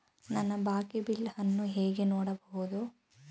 ನನ್ನ ಬಾಕಿ ಬಿಲ್ ಅನ್ನು ನಾನು ಹೇಗೆ ನೋಡಬಹುದು?